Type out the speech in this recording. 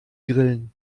grillen